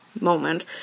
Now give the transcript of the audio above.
moment